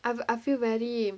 I feel very